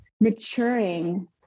maturing